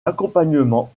accompagnement